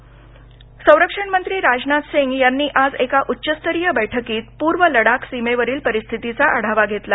राजनाथ संरक्षण मंत्री राजनाथसिंग यांनी आज एका उच्चस्तरीय बैठकीत पूर्व लडाख सीमेवरील परिस्थितीचा आढावा घेतला